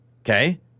Okay